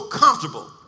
comfortable